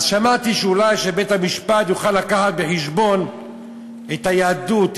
אז שמעתי שאולי בית-המשפט יוכל להביא בחשבון את היהדות,